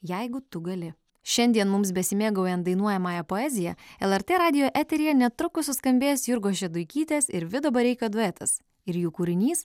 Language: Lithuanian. jeigu tu gali šiandien mums besimėgaujant dainuojamąją poeziją lrt radijo eteryje netrukus suskambės jurgos šeduikytės ir vido bareikio duetas ir jų kūrinys